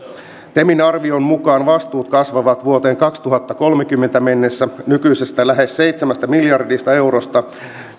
temin arvion mukaan vastuut kasvavat vuoteen kaksituhattakolmekymmentä mennessä nykyisestä lähes seitsemästä miljardista eurosta